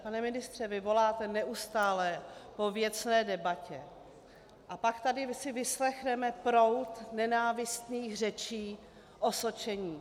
Pane ministře, vy voláte neustále po věcné debatě, a pak tady si vyslechneme proud nenávistných řečí, osočení.